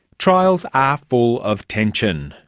trials are full of tension.